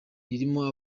ririmo